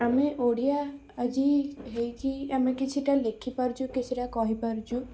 ଆମେ ଓଡ଼ିଆ ଆଜି ହେଇକି ଆମେ କିଛିଟା ଲେଖିପାରୁଛୁ କିଛିଟା କହିପାରୁଛୁ